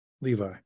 Levi